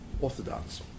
Orthodox